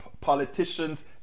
politicians